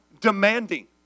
demanding